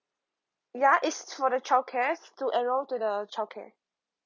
ya it's for the childcare it's to enrol to the childcare